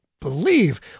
believe